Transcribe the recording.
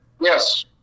Yes